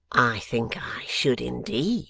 i think i should indeed